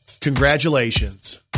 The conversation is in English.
Congratulations